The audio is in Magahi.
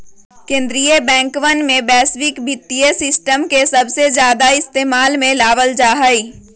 कीन्द्रीय बैंकवन में वैश्विक वित्तीय सिस्टम के सबसे ज्यादा इस्तेमाल में लावल जाहई